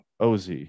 oz